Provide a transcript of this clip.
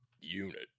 unit